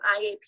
IAP